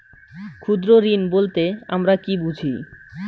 ক্ষুদ্র ঋণ বলতে আমরা কি বুঝি?